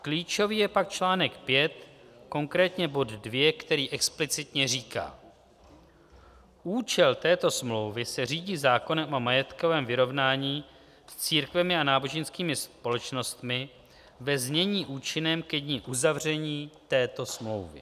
Klíčový je pak článek 5, konkrétně bod 2, který explicitně říká: Účel této smlouvy se řídí zákonem o majetkovém vyrovnání s církvemi a náboženskými společnostmi, ve znění účinném ke dni uzavření této smlouvy.